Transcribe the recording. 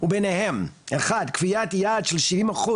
וביניהם 1. קביעת יעד של 70%,